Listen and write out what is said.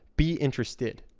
be interested.